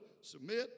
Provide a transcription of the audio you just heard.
submit